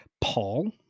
Paul